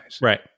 Right